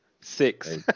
Six